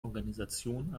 organisation